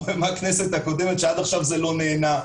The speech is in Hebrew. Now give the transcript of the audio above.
בכנסת הקודמת שעד עכשיו היא לא נענתה.